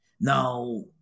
Now